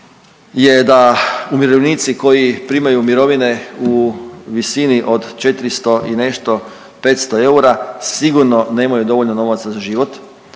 je da umirovljenici koji primaju mirovine u visini od 400 i nešto, 500 eura sigurno nemaju dovoljno novaca za život